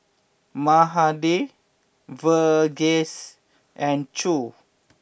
Mahade Verghese and Choor